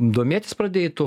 domėtis pradėjai tu